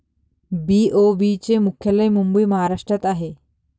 BOB चे मुख्यालय मुंबई महाराष्ट्रात आहे